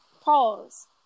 pause